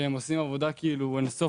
שהם עושים עבודה, כאילו אין-סוף.